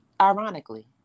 ironically